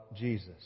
Jesus